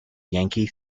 yankee